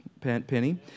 Penny